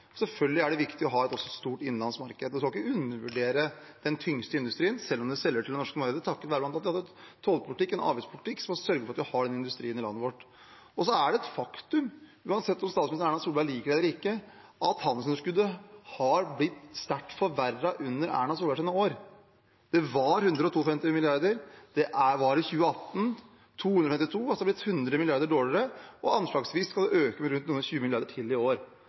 Selvfølgelig er det viktig også å ha et stort innenlandsmarked – man skal ikke undervurdere den tyngste industrien selv om vi selger til det norske markedet takket være at vi bl.a. har hatt en tollpolitikk og en avgiftspolitikk som har sørget for at vi har den industrien i landet vårt. Så er det et faktum, uansett om statsminister Erna Solberg liker det eller ikke, at handelsunderskuddet er blitt sterkt forverret under Erna Solbergs år. Det var i 2013 på 152 mrd. kr, og det var i 2018 på 252 mrd. kr. Det har altså blitt 100 mrd. kr dårligere, og anslagsvis vil det øke med rundt 20 mrd. kr til i år.